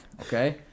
okay